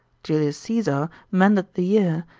julius caesar mended the year,